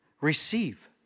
receive